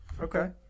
Okay